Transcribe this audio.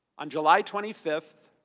on july twenty fifth,